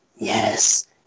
Yes